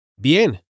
Bien